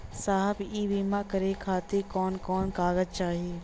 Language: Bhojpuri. साहब इ बीमा करें खातिर कवन कवन कागज चाही?